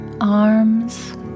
arms